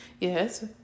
Yes